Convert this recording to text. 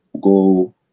go